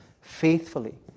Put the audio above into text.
faithfully